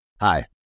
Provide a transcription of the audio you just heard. Hi